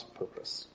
purpose